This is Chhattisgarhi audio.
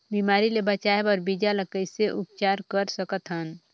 बिमारी ले बचाय बर बीजा ल कइसे उपचार कर सकत हन?